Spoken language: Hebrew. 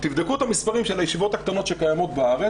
תבדקו את המספרים של הישיבות הקטנות שקיימות בארץ,